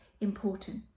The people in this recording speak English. important